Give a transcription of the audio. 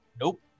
Nope